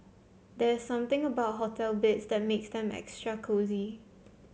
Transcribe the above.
there's something about hotel beds that makes them extra cosy